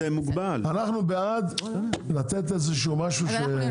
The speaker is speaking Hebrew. אנחנו בעד לתת איזה שהוא מה שהוא.